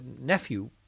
nephew